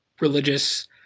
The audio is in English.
religious